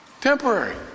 Temporary